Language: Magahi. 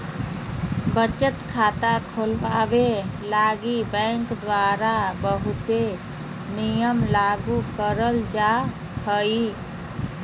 बचत खाता खुलवावे लगी बैंक द्वारा बहुते नियम लागू करल जा हय